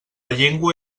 llengua